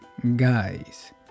Guys